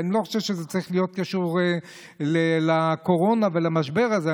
אני לא חושב שזה צריך להיות קשור לקורונה ולמשבר הזה,